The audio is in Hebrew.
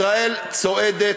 ישראל צועדת